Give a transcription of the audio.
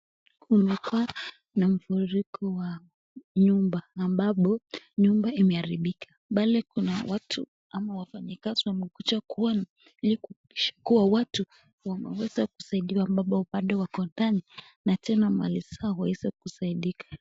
Kuna hapa na mfuriko wa nyumba ambapo nyumba imeharibika . Pale kuna watu ama wafanyikazi wamekuja kuona ili kuchukua watu wameweza kusaidiwa ambapo bado wako ndani na tena mali zao waweze kusaidika.